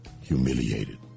humiliated